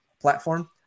platform